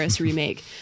remake